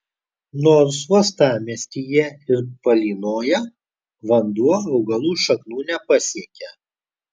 nors uostamiestyje ir palynoja vanduo augalų šaknų nepasiekia